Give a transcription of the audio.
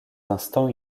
instants